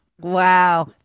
wow